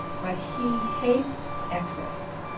but he hates excess.